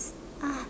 ah